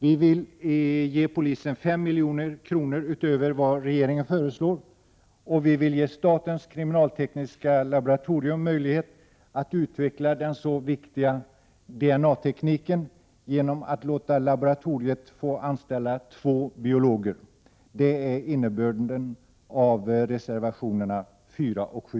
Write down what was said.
Vi vill att polisen skall få 5 milj.kr. utöver vad regeringen föreslår, och vi vill ge statens kriminaltekniska laboratorium möjlighet att utveckla den så viktiga DNA-tekniken genom att låta laboratoriet anställa två biologer. Det är innebörden av reservationerna 4 och 7.